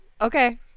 Okay